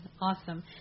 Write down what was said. awesome